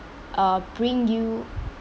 uh bring you